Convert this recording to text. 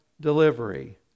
delivery